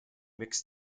mixed